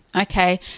okay